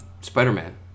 Spider-Man